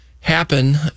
happen